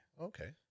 Okay